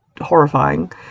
horrifying